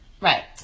right